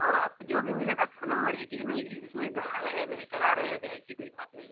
और आपको जो भी मिलेगा सब नम्बर ही नहीं कि उसमें गला रहे नहीं सड़ा रहेगा ऐसी कोई बात नहीं है